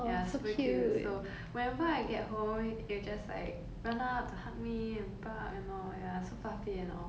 ya super cute so whenever I get home it'll just like run up to hug me and bark and all ya so fluffy and all